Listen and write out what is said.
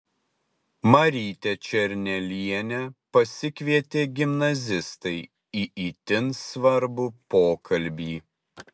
marytę černelienę pasikvietė gimnazistai į itin svarbų pokalbį